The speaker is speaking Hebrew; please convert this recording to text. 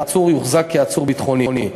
העצור יוחזק כעצור ביטחוני.